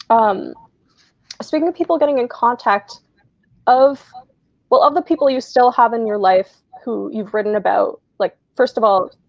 um speaking of people getting in contact of of the people you still have in your life who you've written about, like first of all,